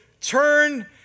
turn